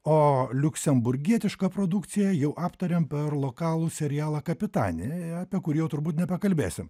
o liuksemburgietišką produkciją jau aptarėm per lokalų serialą kapitani apie kurį turbūt nepakalbėsim